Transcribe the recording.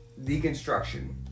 deconstruction